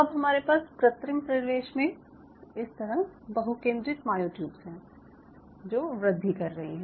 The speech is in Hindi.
अब हमारे पास कृत्रिम परिवेश में इस तरह बहुकेंद्रित मायोट्यूब्स हैं जो वृद्धि कर रही हैं